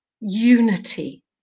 unity